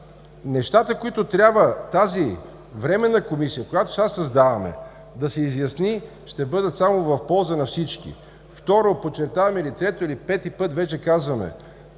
нещата, които трябва тази временна комисия, която сега създаваме, да си изясни, ще бъдат само в полза на всички. Второ, подчертаваме – трети или пети път вече казваме,